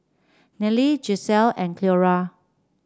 Neely Gisele and Cleora